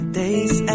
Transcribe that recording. days